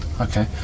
Okay